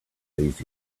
laziness